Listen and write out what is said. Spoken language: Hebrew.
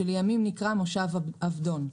שלימים נקרא מושב עבדון.